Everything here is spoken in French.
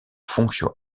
fonctions